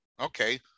Okay